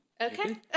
Okay